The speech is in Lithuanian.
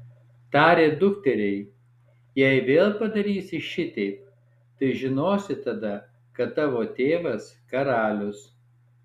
tarė dukteriai jei vėl padarysi šiteip tai žinosi tada kad tavo tėvas karalius